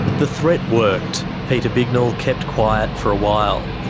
the threat worked. peter bignell kept quiet for a while.